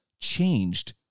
changed